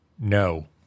No